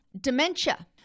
Dementia